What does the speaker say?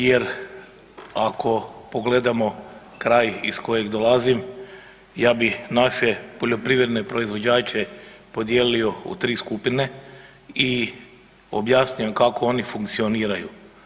Jer ako pogledamo kraj iz kojeg dolazim ja bi naše poljoprivredne proizvođače podijelio u 3 skupine i objasnio kako oni funkcioniraju.